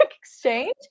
exchange